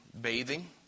bathing